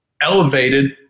elevated